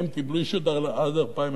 הן קיבלו אישור עד 2021,